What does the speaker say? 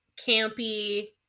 campy